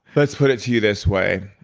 let's put it to you this way.